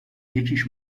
یکیش